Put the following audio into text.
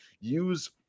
use